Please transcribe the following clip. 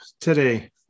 today